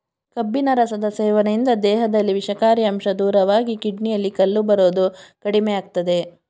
ಕಬ್ಬಿನ ರಸದ ಸೇವನೆಯಿಂದ ದೇಹದಲ್ಲಿ ವಿಷಕಾರಿ ಅಂಶ ದೂರವಾಗಿ ಕಿಡ್ನಿಯಲ್ಲಿ ಕಲ್ಲು ಬರೋದು ಕಡಿಮೆಯಾಗ್ತದೆ